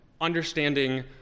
understanding